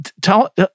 tell